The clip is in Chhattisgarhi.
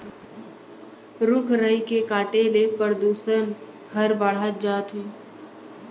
रूख राई के काटे ले परदूसन हर बाढ़त जात हे